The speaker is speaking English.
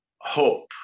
hope